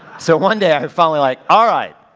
so one day i finally like alright,